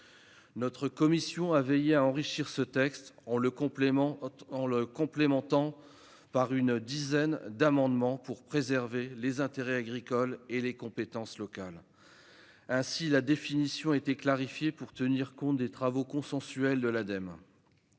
Notre commission a veillé à enrichir le texte, en adoptant une dizaine d'amendements visant à préserver les intérêts agricoles et les compétences locales. Ainsi, la définition de l'agrivoltaïsme a été clarifiée pour tenir compte des travaux consensuels de l'Agence